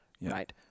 Right